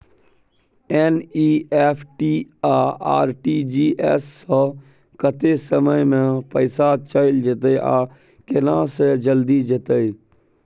NEFT आ RTGS स कत्ते समय म पैसा चैल जेतै आ केना से जल्दी जेतै?